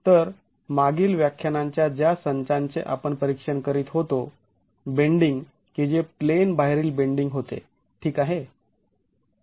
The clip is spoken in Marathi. तर मागील व्याख्यानांच्या ज्या संचाचे आपण परिक्षण करित होतो बेंडींग की जे प्लेन बाहेरील बेंडींग होते ठीक आहे